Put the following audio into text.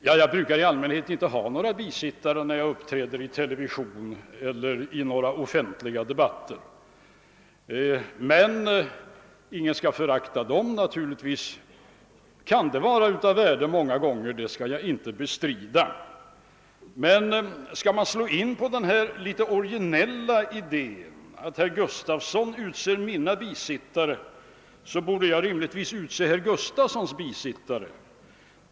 Jag brukar nu inte ha några bisittare när jag uppträder i offentliga debatter i televisionen eller i andra sammanhang, men ingen skall förakta dem; jag skall inte bestrida att de många gånger kan vara av värde. Skall vi slå in på den här originella idén att herr Gustafson utser mina bisittare, borde jag rimligtvis få utse herr Gustafsons bisittare.